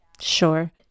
sure